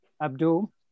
Abdul